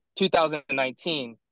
2019